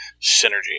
Synergy